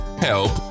Help